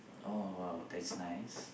oh !wow! that's nice